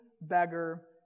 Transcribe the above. beggar